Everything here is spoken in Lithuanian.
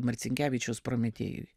marcinkevičiaus prometėjui